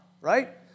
right